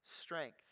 strength